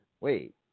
Wait